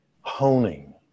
honing